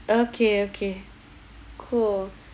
okay okay cool